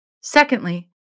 Secondly